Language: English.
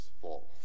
fall